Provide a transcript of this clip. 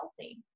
healthy